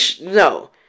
no